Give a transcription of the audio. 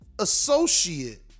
associate